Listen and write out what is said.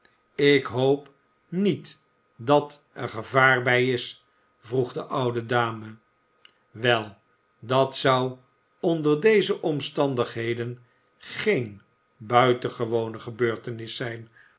ik hoop niet dat er gevaar bij is vroeg de oude dame wel dat zou onder deze omstandigheden geen buitengewone gebeurtenis zijn